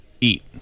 eat